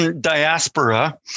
diaspora